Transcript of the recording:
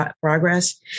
Progress